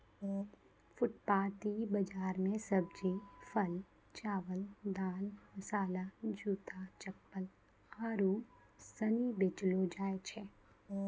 फुटपाटी बाजार मे सब्जी, फल, चावल, दाल, मसाला, जूता, चप्पल आरु सनी बेचलो जाय छै